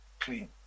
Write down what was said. Clean